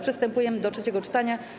Przystępujemy do trzeciego czytania.